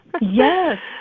Yes